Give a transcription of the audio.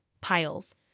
piles